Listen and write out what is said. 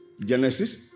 Genesis